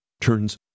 turns